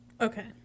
Okay